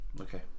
Okay